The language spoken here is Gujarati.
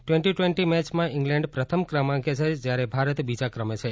ટી ટ્વેંટી મેચમાં ઈંગ્લેન્ડ પ્રથમ ક્રમાંકે છે જ્યારે ભારત બીજા ક્રમે છે